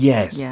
Yes